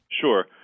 Sure